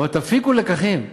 אבל תפיקו לקחים.